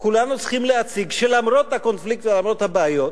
כולנו צריכים להציג שלמרות הקונפליקט ולמרות הבעיות,